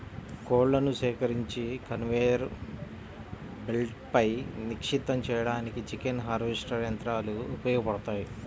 కోళ్లను సేకరించి కన్వేయర్ బెల్ట్పై నిక్షిప్తం చేయడానికి చికెన్ హార్వెస్టర్ యంత్రాలు ఉపయోగపడతాయి